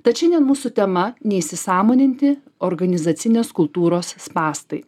tad šiandien mūsų tema neįsisąmoninti organizacinės kultūros spąstai